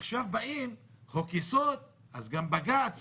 עכשיו באים ואומרים: חוק-יסוד, אז גם בג"ץ